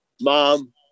Mom